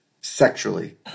sexually